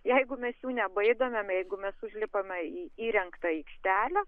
jeigu mes jų nebaidom jeigu mes užlipome į įrengtą aikštelę